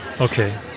Okay